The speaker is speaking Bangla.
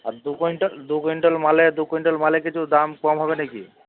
আর দু কুইন্টাল দু কুইন্টাল মালে দু কুইন্টাল মালে কিছু দাম কম হবে নাকি